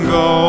go